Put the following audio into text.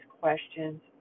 questions